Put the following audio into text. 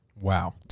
Wow